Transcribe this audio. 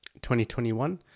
2021